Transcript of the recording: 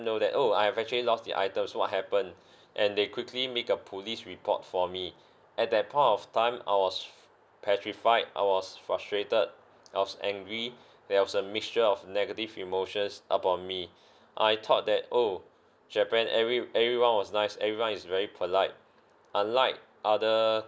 know that oh I have actually lost the items so what happened and they quickly make a police report for me at that point of time I was petrified I was frustrated I was angry there was a mixture of negative emotions upon me I thought that oh japan every everyone was nice everyone is very polite unlike other